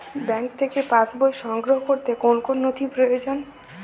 Bank থেকে pass বই সংগ্রহ করতে কোন কোন নথি প্রয়োজন?